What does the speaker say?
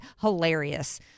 Hilarious